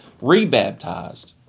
rebaptized